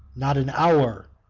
not an hour.